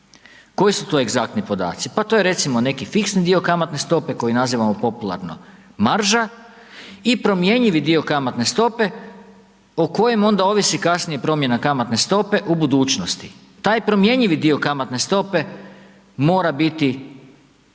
Koji su to egzaktni podatci pa to je recimo neki fiksni dio kamatne stope koji nazivamo popularno marža i promjenjivi dio kamatne stope o kojem onda ovisi kasnije promjena kamatne stope u budućnosti. Taj promjenjivi dio kamatne stope mora biti